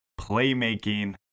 playmaking